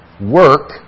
work